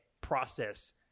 process